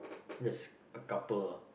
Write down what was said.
just a couple ah